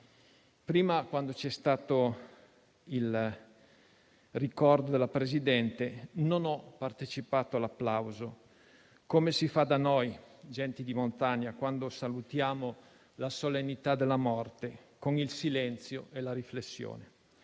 Prima, quando c'è stato il ricordo del Presidente, non ho partecipato all'applauso, come si fa da noi, gente di montagna, quando salutiamo la solennità della morte con il silenzio e la riflessione.